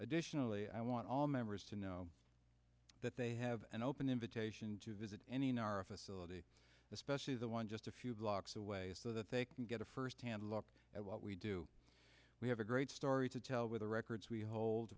additionally i want all members to know that they have an open invitation to visit any nara facility especially the one just a few blocks away so that they can get a firsthand look at what we do we have a great story to tell with the records we hold